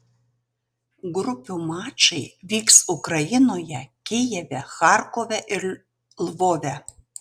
grupių mačai vyks ukrainoje kijeve charkove ir lvove